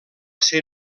ser